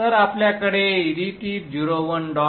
तर आपल्याकडे edt01